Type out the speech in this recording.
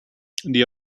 die